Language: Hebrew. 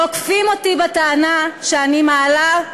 תוקפים אותי בטענה שאני מעלה,